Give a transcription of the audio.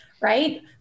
right